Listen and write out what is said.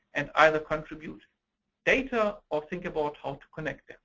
and either contribute data, or think about how to connect in.